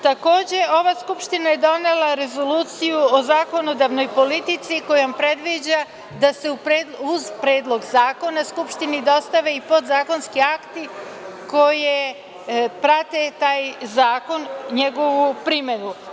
Takođe, ova Skupština je donela Rezoluciju o zakonodavnoj politici kojom predviđa da se uz Predlog zakona Skupštini dostave i podzakonski akti koje prate taj zakon, njegovu primenu.